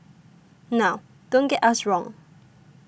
now don't get us wrong